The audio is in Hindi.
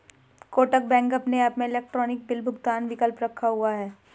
कोटक बैंक अपने ऐप में इलेक्ट्रॉनिक बिल भुगतान का विकल्प रखा हुआ है